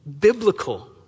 biblical